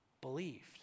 believed